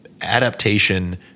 adaptation